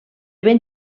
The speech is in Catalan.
ben